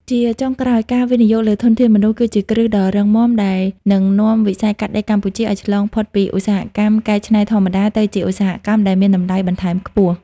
ជាចុងក្រោយ ការវិនិយោគលើធនធានមនុស្ស គឺជាគ្រឹះដ៏រឹងមាំដែលនឹងនាំវិស័យកាត់ដេរកម្ពុជាឱ្យឆ្លងផុតពីឧស្សាហកម្មកែច្នៃធម្មតា ទៅជាឧស្សាហកម្មដែលមានតម្លៃបន្ថែមខ្ពស់។